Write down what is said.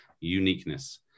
uniqueness